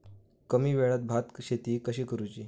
कमी वेळात भात शेती कशी करुची?